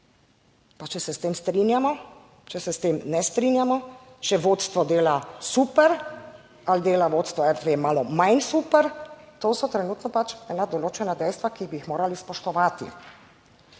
če se s tem strinjamo, če se s tem ne strinjamo, če vodstvo dela super ali dela vodstvo RTV malo manj super, to so trenutno pač ena določena dejstva, ki bi jih morali spoštovati.